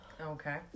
Okay